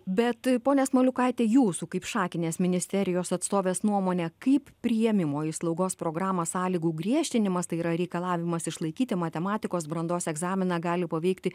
bet ponia smaliukaite jūsų kaip šakinės ministerijos atstovės nuomone kaip priėmimo į slaugos programos sąlygų griežtinimas tai yra reikalavimas išlaikyti matematikos brandos egzaminą gali paveikti